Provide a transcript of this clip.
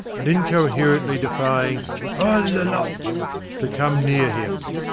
and incoherently defying all the lot' to come near him.